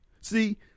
See